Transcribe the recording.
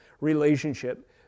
relationship